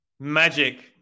Magic